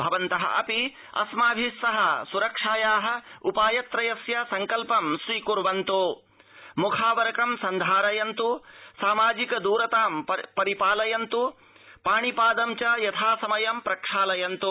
भवन्त अपि अस्माभि सह सुरक्षाया उपाय त्रयस्य सङ्कल्पं स्वीकुर्वन्त् मुख आवरकं सन्धारयन्त् सामाजिक द्रतां पालयन्तु पाणि पादं च यथा समयं प्रक्षालयन्तु